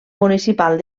municipal